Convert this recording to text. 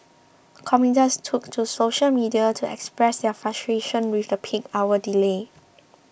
commuters took to social media to express their frustration with the peak hour delay